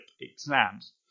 exams